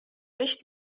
nicht